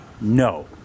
No